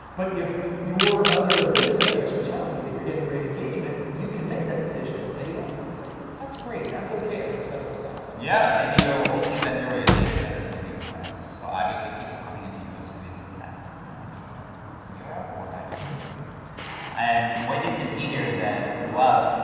but if your other business metrics are telling you that you're getting great engagement, you can make that decision and say, you know what? that's ah that's green, that's okay, that's acceptable status. yeah, maybe you're hosting many data centers in the us, so obviously, people coming into us will be a little faster than the people that's coming from europe or vice versa, right? m-hmm and what you can see here is that throughout,